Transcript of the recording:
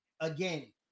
again